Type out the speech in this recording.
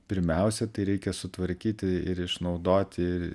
pirmiausia tai reikia sutvarkyti ir išnaudoti ir